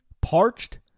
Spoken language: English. Parched